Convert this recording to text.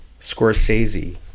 scorsese